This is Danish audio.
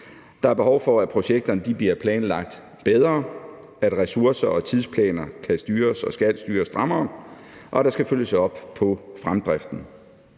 Der er behov for, at projekterne bliver planlagt bedre, at ressourcer og tidsplaner kan styres og skal styres strammere, og at der skal følges op på fremdriften.